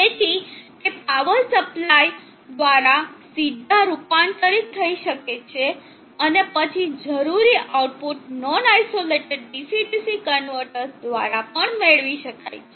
તેથી તે power supply દ્વારા સીધા રૂપાંતરિત થઈ શકે છે અને પછી જરૂરી output non isolated DC DC converters દ્વારા પણ મેળવી શકાય છે